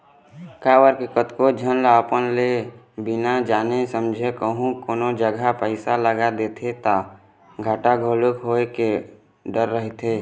काबर के कतको झन अपन ले बिना जाने समझे कहूँ कोनो जघा पइसा लगा देथे ता घाटा घलोक होय के डर रहिथे